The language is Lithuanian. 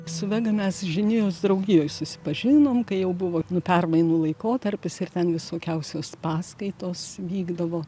su vega mes žinijos draugijoj susipažinom kai jau buvo permainų laikotarpis ir ten visokiausios paskaitos vykdavo